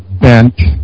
bent